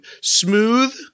Smooth